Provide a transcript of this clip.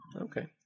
okay